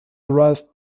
ralph